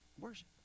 worship